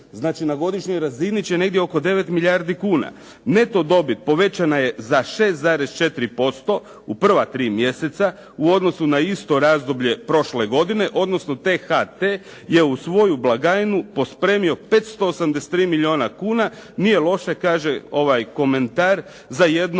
Znači na godišnjoj razini će negdje oko 9 milijardi kuna. Neto dobit povećana je za 6,4% u prva tri mjeseca u odnosu na isto razdoblje prošle godine, odnosno T-HT je u svoju blagajnu pospremio 583 milijuna kuna. Nije loše, kaže ovaj komentar, za jedno